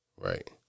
Right